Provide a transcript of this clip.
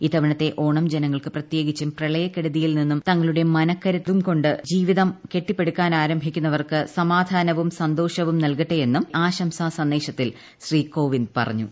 ഇത്തവണത്തെ ഓണം ജനങ്ങൾക്ക് പ്രത്യേകിച്ചും പ്രളയക്കെടുതിയിൽ നിന്നും തങ്ങളുടെ മനക്കരുത്തും ഉൽപ്പതിഷ്ണുതയും കൊണ്ട് ജീവിതം കെട്ടിപ്പടുക്കാനാരംഭിക്കുന്നവർക്ക് സമാധാനവും സന്തോഷവും നൽകട്ടെയെന്നും തന്റെ ആശംസാ സന്ദേശത്തിൽ ശ്രീ കോവിന്ദ് പറഞ്ഞു